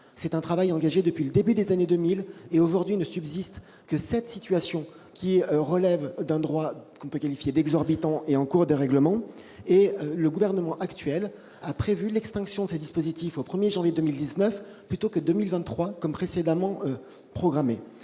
Ce travail est engagé depuis le début des années 2000. Aujourd'hui, ne subsistent que sept situations relevant d'un droit que l'on peut qualifier d'exorbitant ; elles sont en cours de règlement. Le Gouvernement a prévu l'extinction de ces dispositifs au 1 janvier 2019, plutôt qu'en 2023, comme précédemment programmé.